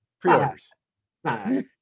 pre-orders